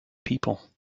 people